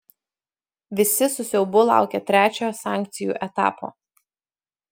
visi su siaubu laukia trečiojo sankcijų etapo